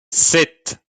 sept